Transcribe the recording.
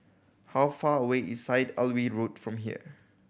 how far away is Syed Alwi Road from here